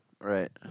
Right